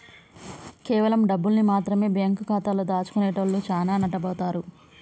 కేవలం డబ్బుల్ని మాత్రమె బ్యేంకు ఖాతాలో దాచుకునేటోల్లు చానా నట్టబోతారు